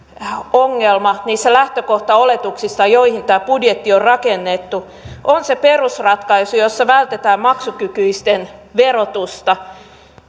ongelma niissä lähtökohtaoletuksissa joille tämä budjetti on rakennettu on se perusratkaisu jossa vältetään maksukykyisten verotusta